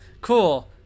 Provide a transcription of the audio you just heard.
cool